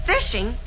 Fishing